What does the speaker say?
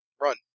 run